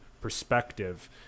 perspective